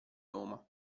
roma